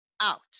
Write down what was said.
out